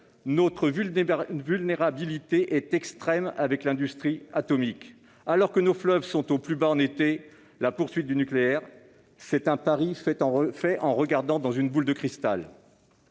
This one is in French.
notre vulnérabilité est extrême avec l'industrie atomique. Alors que nos fleuves sont au plus bas en été, la poursuite du nucléaire, c'est un pari fait en regardant dans une boule de cristal.